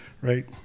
right